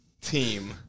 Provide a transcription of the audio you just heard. team